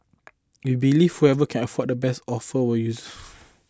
we believe whoever can offer the best offer use